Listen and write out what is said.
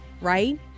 right